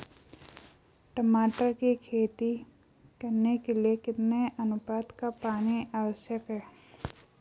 टमाटर की खेती करने के लिए कितने अनुपात का पानी आवश्यक है?